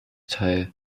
teil